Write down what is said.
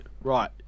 right